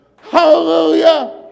Hallelujah